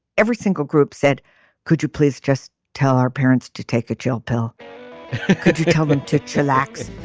every single group said could you please just tell our parents to take a chill pill could you tell them to relax